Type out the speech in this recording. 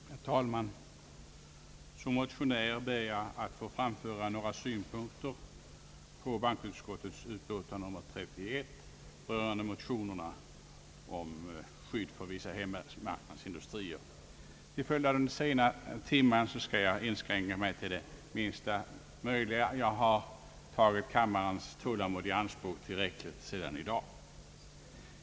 Herr talman! Som motionär ber jag att få fråmföra några synpunkter på bankoutskottets utlåtande nr 31 rörande motionerna om skydd för vissa hemmamarknadsindustrier. På grund av den sena timmen skall jag inskränka mig till det minsta möjliga. Jag har tagit kammarens tålamod i anspråk tillräckligt i dag.